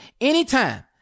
anytime